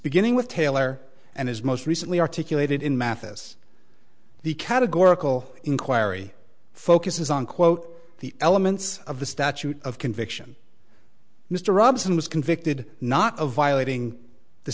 spinning with taylor and his most recently articulated in mathis the categorical inquiry focuses on quote the elements of the statute of conviction mr robson was convicted not of violating the